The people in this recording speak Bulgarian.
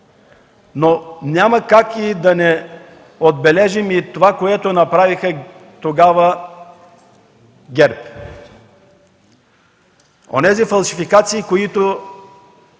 Но няма как да не отбележим и това, което направи тогава ГЕРБ. Онези фалшификации, които